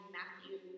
Matthew